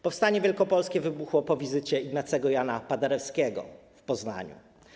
Powstanie wielkopolskie wybuchło po wizycie Ignacego Jana Paderewskiego w Poznaniu.